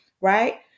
right